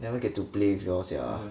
never get to play with you all sia